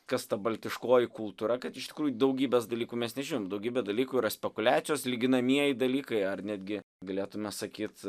kas ta baltiškoji kultūra kad iš tikrųjų daugybės dalykų mes nežinom daugybė dalykų yra spekuliacijos lyginamieji dalykai ar netgi galėtume sakyt